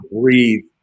breathe